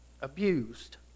abused